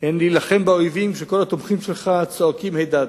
הן להילחם באויבים כשכל התומכים שלך צועקים "הידד",